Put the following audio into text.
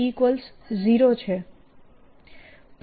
B0 છે